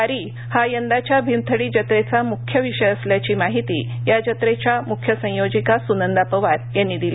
वारी हा यंदाच्या भीमथडी जत्रेचामुख्य विषय असल्याची माहिती या जत्रेच्या मुख्य संयोजिका सुनंदा पवार यांनी दिली